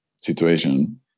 situation